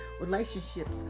relationships